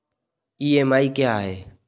EMI क्या है?